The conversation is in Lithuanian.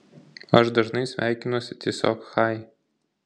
aš dažnai sveikinuosi tiesiog chai